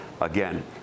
Again